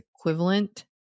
equivalent